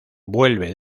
vuelve